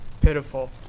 Pitiful